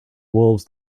wolves